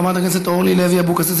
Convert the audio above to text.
חברת הכנסת אורלי לוי אבקסיס,